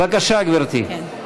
בבקשה, גברתי.